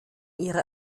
ihre